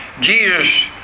Jesus